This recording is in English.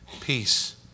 peace